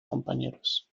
compañeros